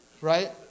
right